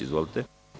Izvolite.